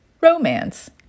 romance